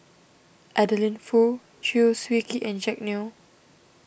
Adeline Foo Chew Swee Kee and Jack Neo